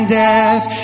death